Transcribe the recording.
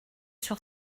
sur